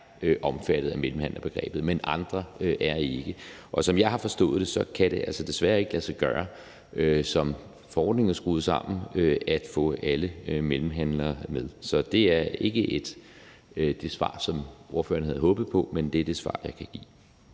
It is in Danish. omfattet af mellemhandlerbegrebet, men andre er ikke. Og som jeg har forstået det, kan det altså desværre ikke lade sig gøre, sådan som forordningen er skruet sammen, at få alle mellemhandlere med. Så det er ikke det svar, som ordføreren havde håbet på, men det er det svar, jeg kan give.